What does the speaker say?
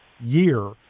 year